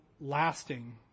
lasting